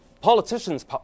politician's